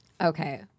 Okay